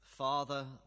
Father